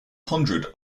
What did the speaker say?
hundred